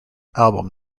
album